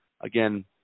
again